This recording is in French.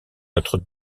notre